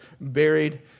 buried